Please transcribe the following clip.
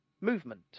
Movement